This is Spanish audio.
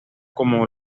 como